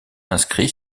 inscrit